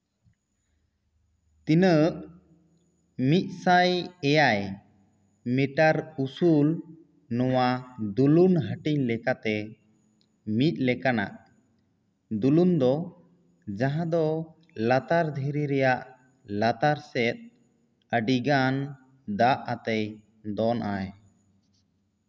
ᱛᱤᱱᱟᱹᱜ ᱢᱤᱫᱥᱟᱭ ᱮᱭᱟᱭ ᱢᱤᱴᱟᱨ ᱩᱥᱩᱞ ᱱᱚᱶᱟ ᱫᱩᱞᱩᱱ ᱦᱟᱹᱴᱤᱧ ᱞᱮᱠᱟᱛᱮ ᱢᱤᱫ ᱞᱮᱠᱟᱱᱟᱜ ᱫᱩᱱᱩᱞ ᱫᱚ ᱡᱟᱦᱟᱸ ᱫᱚ ᱞᱟᱛᱟᱨ ᱫᱷᱤᱨᱤ ᱨᱮᱭᱟᱜ ᱞᱟᱛᱟᱨ ᱥᱮᱫ ᱟᱹᱰᱤᱜᱟᱱ ᱫᱟᱜ ᱟᱛᱮᱫ ᱫᱚᱱᱟᱭ